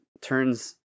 turns